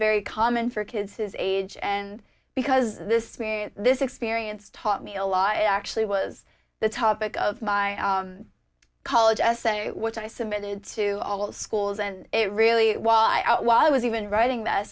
very common for kids his age and because this this experience taught me a lot actually was the topic of my college essay which i submitted to all the schools and really why out why i was even writing